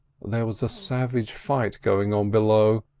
there was a savage fight going on below.